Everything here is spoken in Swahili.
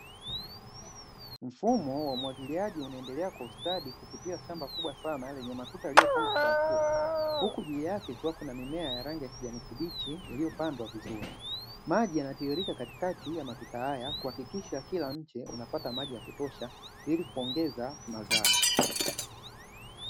Mfumo wa umwagiliaji unaendelea kwa ustadi kupitia shamba kubwa sana lenye matuta yaliyopangwa kwa hatua huku juu yake kukiwa na mimea ya rangi ya kijani kibichi iliyopandwa vizuri maji yanatiririka katikati ya matuta haya kuhakikisha kila mche unapata maji ya kutosha ili kuongeza mazao.